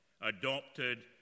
adopted